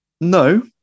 No